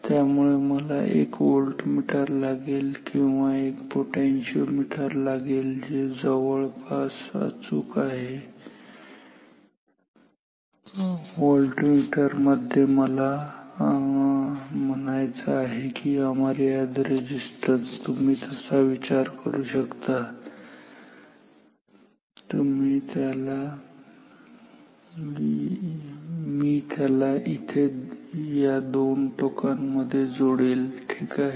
त्यामुळे मला एक व्होल्टमीटर लागेल किंवा एक पोटेन्शिओमीटर लागेल जे जवळपास अचूक आहे व्होल्टमीटर मध्ये मला म्हणायचं आहे की अमर्याद रेजिस्टन्स तुम्ही तसा विचार करू शकता मी त्याला इथे या दोन टोकांमध्ये जोडेल ठीक आहे